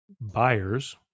buyers